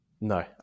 No